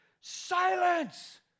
Silence